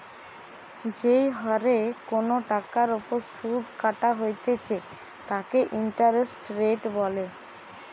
যেই হরে কোনো টাকার ওপর শুধ কাটা হইতেছে তাকে ইন্টারেস্ট রেট বলে